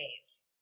days